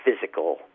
physical